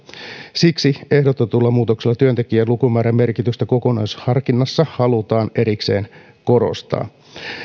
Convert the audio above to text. siksi ehdotetulla muutoksella työntekijöiden lukumäärän merkitystä kokonaisharkinnassa halutaan erikseen korostaa